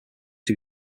two